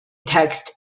text